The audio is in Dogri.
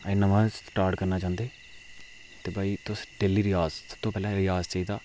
नमां स्टार्ट करना चाहंदे ते भाई तुस डेली रिआज तुस पैह्लें रिआज चाहिदा